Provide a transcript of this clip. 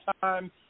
time